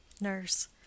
nurse